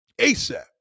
ASAP